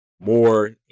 more